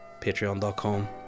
patreon.com